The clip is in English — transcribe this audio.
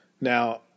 Now